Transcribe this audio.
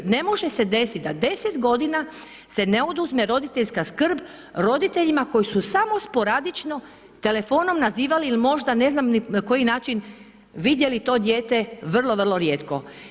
Ne može se desiti da 10 g. se ne oduzme roditeljska skrb roditeljima koji su samo sporadično telefonom nazivali ili možda ne znam na koji način vidjeli to dijete vrlo, vrlo rijetko.